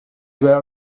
were